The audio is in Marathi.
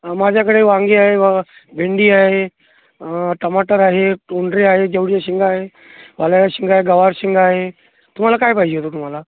माझ्याकडे वांगी आहे भेंडी आहे टमाटर आहे तोंड्रे आहे घेवड्याच्या शेंगा आहे वालाच्या शेंगा आहे गवार शेंगा आहे तुम्हाला काय पाहिजे होतं तुम्हाला